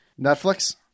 Netflix